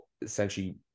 essentially